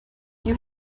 you